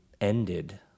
ended